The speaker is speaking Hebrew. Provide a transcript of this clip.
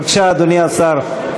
בבקשה, אדוני השר.